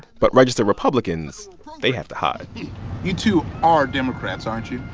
but registered republicans they have to hide you two are democrats, aren't you?